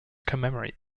commemorate